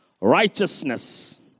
righteousness